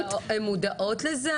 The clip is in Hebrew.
הן מודעות לזה,